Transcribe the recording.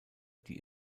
die